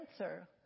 answer